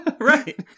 Right